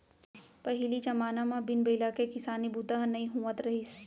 पहिली जमाना म बिन बइला के किसानी बूता ह नइ होवत रहिस